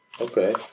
Okay